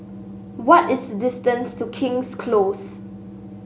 what is the distance to King's Close